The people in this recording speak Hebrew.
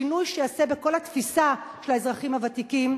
שינוי שייעשה בכל התפיסה של האזרחים הוותיקים,